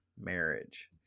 marriage